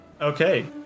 Okay